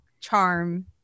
charm